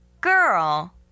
Girl